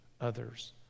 others